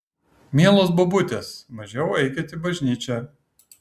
mielos bobutės mažiau eikit į bažnyčią